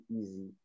easy